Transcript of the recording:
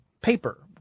paper